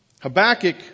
Habakkuk